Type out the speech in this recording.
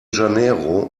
janeiro